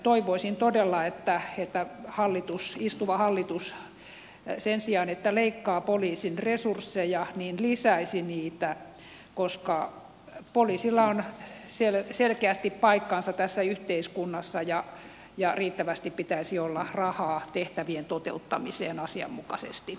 toivoisin todella että istuva hallitus sen sijaan että leikkaa poliisin resursseja lisäisi niitä koska poliisilla on selkeästi paikkansa tässä yhteiskunnassa ja riittävästi pitäisi olla rahaa tehtävien toteuttamiseen asianmukaisesti